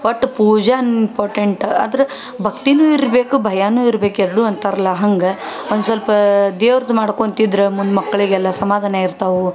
ಒಟ್ಟು ಪೂಜೆನೆ ಇಂಪಾರ್ಟೆಂಟ್ ಅದ್ರ ಭಕ್ತಿಯೂ ಇರ್ಬೇಕು ಭಯವೂ ಇರ್ಬೇಕು ಎರಡು ಅಂತಾರಲ್ಲ ಹಂಗೆ ಒಂದು ಸ್ವಲ್ಪಾ ದೇವ್ರ್ದು ಮಾಡ್ಕೊಳ್ತಿದ್ರು ಮುಂದೆ ಮಕ್ಕಳಿಗೆಲ್ಲ ಸಮಾಧಾನ ಇರ್ತಾವೆ